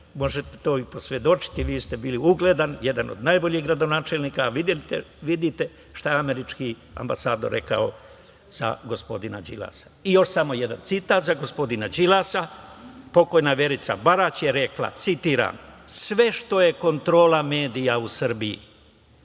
možete to i posvedočiti, vi ste bili ugledan, jedan od najboljih gradonačelnika, vidite šta je američki ambasador rekao za gospodina Đilasa. Još samo jedan citat za gospodina Đilasa. Pokojna Verica Barać je rekla, citiram: „Sve što je kontrola medija u Srbiji